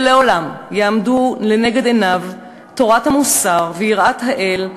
שלעולם יעמדו לנגד עיניו תורת המוסר ויראת האל,